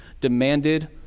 demanded